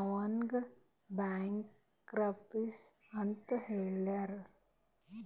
ಅವ್ನಿಗ್ ಬ್ಯಾಂಕ್ರಪ್ಸಿ ಅಂತ್ ಹೇಳ್ಯಾದ್